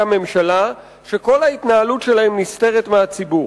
הממשלה וכל ההתנהלות שלהן נסתרת מהציבור.